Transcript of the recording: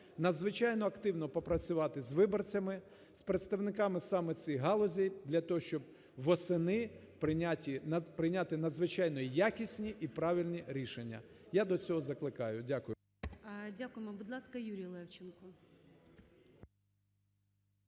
надзвичайно активно попрацювати з виборцями, з представниками саме цих галузей для того, щоб восени прийняти надзвичайно якісні і правильні рішення. Я до цього закликаю. Дякую.